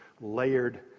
layered